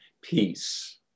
Peace